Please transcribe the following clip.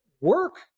work